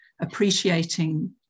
appreciating